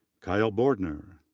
kyle bordner,